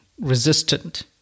resistant